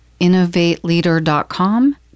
InnovateLeader.com